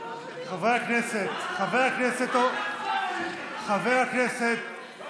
חברי הכנסת, חבר הכנסת, זה